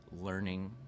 learning